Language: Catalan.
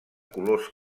colors